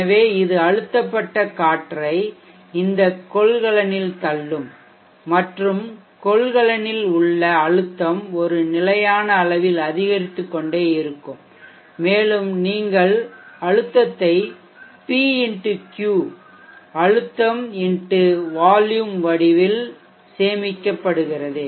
எனவே இது அழுத்தப்பட்ட காற்றை இந்த கொள்கலனில் தள்ளும் மற்றும் கொள்கலனில் உள்ள அழுத்தம் ஒரு நிலையான அளவில் அதிகரித்துக்கொண்டே இருக்கும் மேலும் நீங்கள் அழுத்தத்தை P X Q அழுத்தம் X வால்யூம் வடிவில் சேமிக்கப்படுகிறது